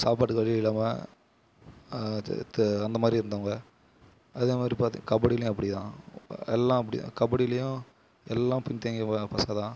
சாப்பாட்டுக்கு வழி இல்லாமல் அது து அந்தமாதிரி இருந்தவங்க அதேமாதிரி பாத் கபடிலையும் அப்படிதான் எல்லாம் அப்படிதான் கபடிலையும் எல்லாம் பின்தங்கிய பசங்கள்தான்